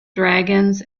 dragons